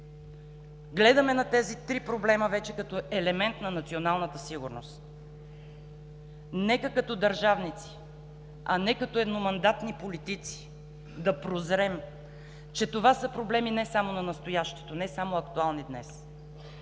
Гледаме на тези три проблема вече като елемент на националната сигурност. Нека като държавници, а не като едномандатни политици, да прозрем, че това са проблеми не само на настоящето, не само актуални днес